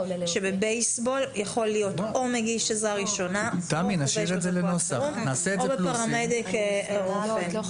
שבבייסבול יכול להיות או מגיש עזרה ראשונה או בפרמדיק --- לא,